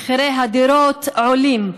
מחירי הדירות עולים,